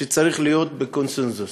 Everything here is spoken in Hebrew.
שצריך להיות בקונסנזוס.